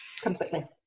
completely